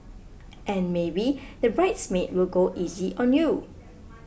and maybe the bridesmaid will go easy on you